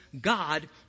God